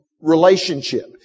relationship